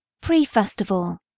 Pre-Festival